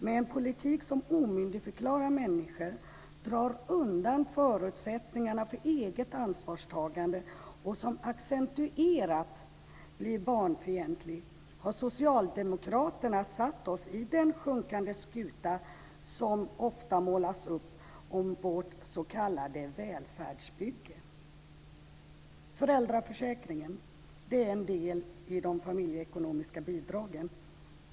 Med en politik som omyndigförklarar människor, drar undan förutsättningarna för ett eget ansvarstagande och som blir accentuerat barnfientlig har socialdemokraterna satt oss i den sjunkande skuta som ofta målas upp som vårt s.k. välfärdsbygge. Föräldraförsäkringen är en del i de familjeekonomiska bidragen.